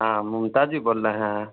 हाँ ममता जी बोल रही हैं